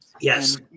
Yes